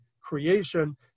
creation